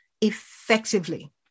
effectively